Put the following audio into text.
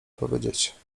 powiedzieć